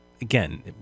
again